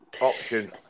option